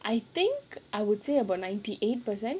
I think I would say about ninety eight percent